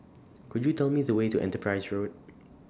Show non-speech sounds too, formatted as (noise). Could YOU Tell Me The Way to Enterprise Road (noise)